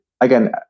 again